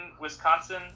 Wisconsin